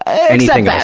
anything else.